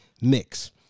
mix